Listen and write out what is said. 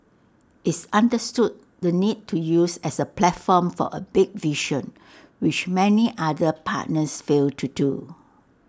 it's understood the need to use as A platform for A big vision which many other partners fail to do